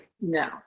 No